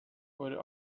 would